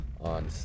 on